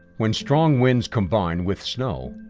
when strong winds combine with snow,